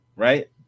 Right